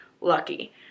lucky